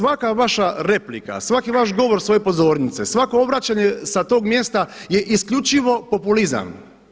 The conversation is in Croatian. Svaka vaša replika, svaki vaš govor sa ove pozornice, svako obraćanje sa tog mjesta je isključivo populizam.